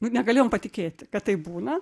nu negalėjom patikėti kad taip būna